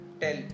tell